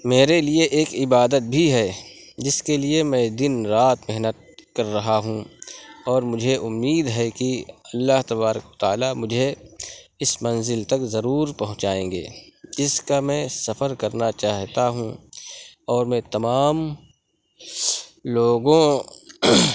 میرے لیے ایک عبادت بھی ہے جس کے لیے میں دِن رات محنت کر رہا ہوں اور مجھے اُمید ہے کہ اللہ تبارک و تعالی مجھے اِس منزل تک ضرور پہنچائیں گے جس کا میں سفر کرنا چاہتا ہوں اور میں تمام لوگوں